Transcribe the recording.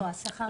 לא השכר.